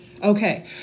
Okay